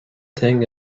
thing